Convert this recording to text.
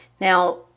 Now